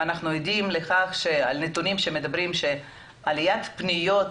ואנחנו עדים לכך שיש עלייה של 62% בפניות